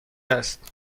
است